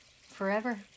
forever